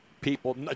people